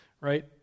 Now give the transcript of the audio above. right